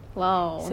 !wow!